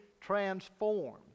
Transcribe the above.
transformed